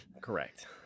Correct